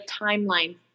timeline